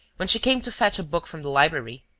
when she came to fetch a book from the library.